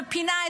בפינה,